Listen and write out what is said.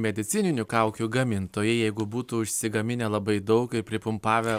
medicininių kaukių gamintojai jeigu būtų išsigaminę labai daug ir pripumpavę